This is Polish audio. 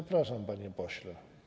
Zapraszam, panie pośle.